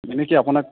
মানে কি আপোনাক